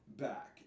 back